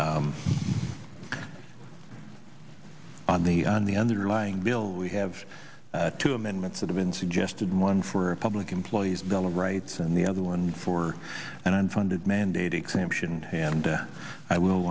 on the on the underlying bill we have two amendments that have been suggested one for public employees bill of rights and the other one for an unfunded mandate exemption and i will